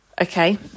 Okay